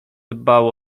dbał